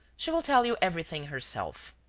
she will tell you everything herself.